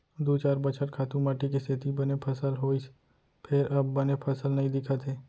दू चार बछर खातू माटी के सेती बने फसल होइस फेर अब बने फसल नइ दिखत हे